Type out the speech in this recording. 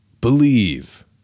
Believe